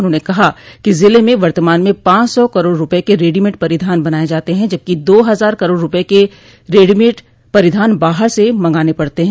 उन्होंने कहा कि ज़िले में वर्तमान में पांच सौ करोड़ रूपये के रेडीमेड परिधान बनाए जाते हैं जबकि दो हजार करोड़ रूपये के रेडीमेड परिधान बाहर से मंगाने पड़ते हैं